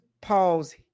pause